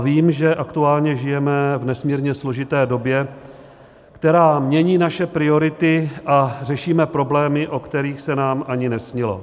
Vím, že aktuálně žijeme v nesmírně složité době, která mění naše priority, a řešíme problémy, o kterých se nám ani nesnilo.